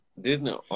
Disney